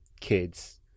kids